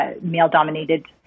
male-dominated